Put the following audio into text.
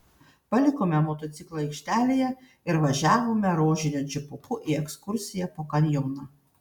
palikome motociklą aikštelėje ir važiavome rožiniu džipuku į ekskursiją po kanjoną